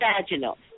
vaginal